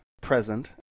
present